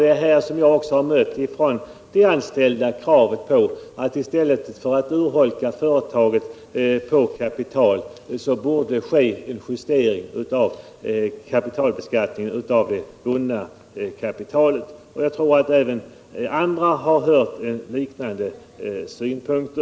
Det är här som jag också från de anställda i den här typen av företag har mött kravet på att man — i stället för att urholka företaget på kapital — borde göra en justering när det gäller beskattningen av det bundna kapitalet. Säkert har även andra hört liknande synpunkter.